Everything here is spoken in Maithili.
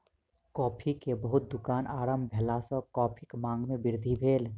कॉफ़ी के बहुत दुकान आरम्भ भेला सॅ कॉफ़ीक मांग में वृद्धि भेल